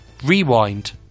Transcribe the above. rewind